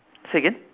say again